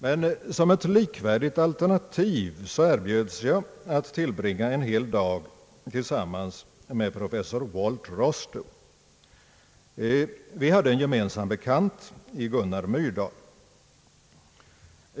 Men som ett likvärdigt alternativ erbjöds jag att tillbringa en hel dag tillsammans med professor - Walt Rostow. Vi hade en gemensam bekant i Gunnar Myrdal.